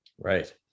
Right